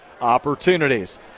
opportunities